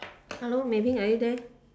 hello Mei-Ting are you there